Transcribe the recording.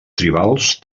tribals